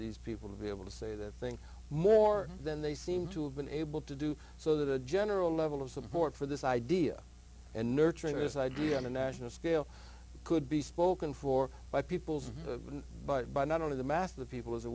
these people to be able to say the things more than they seem to have been able to do so that the general level of support for this idea and nurturing this idea of a national scale could be spoken for by people's movement but by not only the mass of the people as